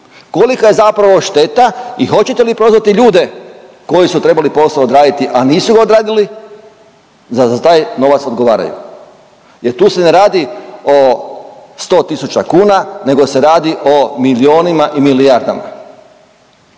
kolika je zapravo šteta i hoćete li prozvati ljude koji su trebali posao odraditi, a nisu ga odradili da za taj novac odgovaraju jer tu se ne radi o 100 tisuća kuna nego se radi o milionima i milijardama.